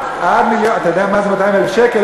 אתה יודע מה זה 200,000 שקל?